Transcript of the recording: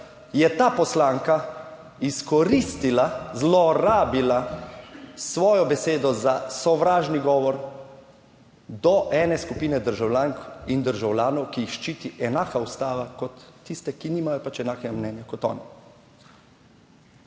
je ta poslanka izkoristila, zlorabila svojo besedo za sovražni govor do ene skupine državljank in državljanov, ki jih ščiti enaka ustava kot tiste, ki nimajo enakega mnenja kot oni.